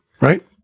right